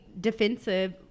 defensive